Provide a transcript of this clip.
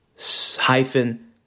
hyphen